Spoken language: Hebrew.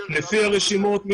לפי הרשימות.